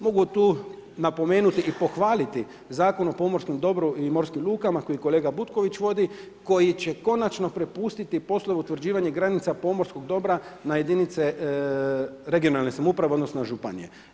Mogu tu napomenuti i pohvaliti Zakon o pomorskom dobru i morskim lukama koje kolega Butković vodi, koji će konačno prepustiti poslove utvrđivanja granica pomorskog dobra na jedinice regionalne samouprave, odnosno županije.